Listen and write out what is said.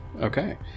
Okay